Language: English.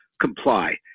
comply